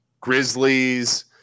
Grizzlies